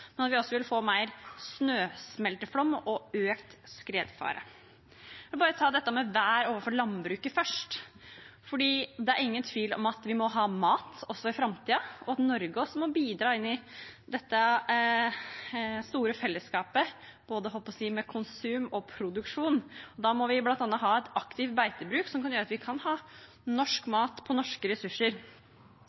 men at vi også vil få mer snøsmelteflom og økt skredfare. Jeg vil bare ta dette med vær og landbruket først, for det er ingen tvil om at vi må ha mat også i framtiden, og at Norge også må bidra inn i dette store fellesskapet med både konsum og produksjon. Da må vi bl.a. ha et aktivt beitebruk som gjør at vi kan ha norsk mat på norske ressurser.